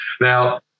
Now